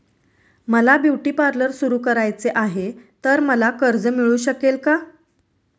मला beauty parlour सुरू करायचे आहे तर मला कर्ज मिळू शकेल का?